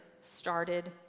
started